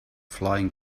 flying